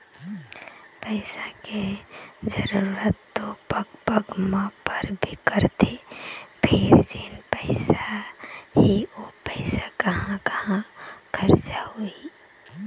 पइसा के जरूरत तो पग पग म परबे करथे फेर जेन पइसा हे ओ पइसा कहाँ कहाँ खरचा होही